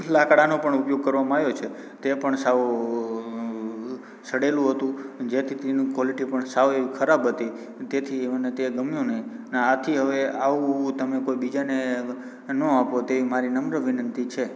લાકડાનો પણ ઉપયોગ કરવામાં આવ્યો છે તે પણ સાવ સડેલું હતું જેથી તેનું કોલિટી પણ સાવ એ ખરાબ હતી તેથી મને તે ગમ્યું નહીં ને આથી હવે આવું તમે કોઈ બીજાને ન આપો તેવી મારી નમ્ર વિનંતી છે